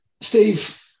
Steve